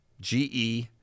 GE